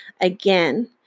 Again